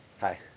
Hi